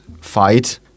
fight